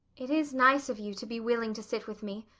it is nice of you to be willing to sit with me.